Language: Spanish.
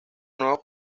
nuevos